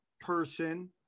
person